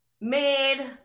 made